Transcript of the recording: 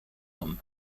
homme